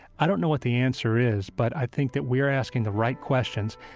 i don't know what the answer is, but i think that we are asking the right questions.